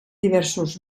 diversos